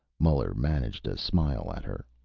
muller managed a smile at her.